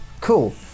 Cool